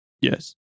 Yes